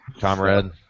comrade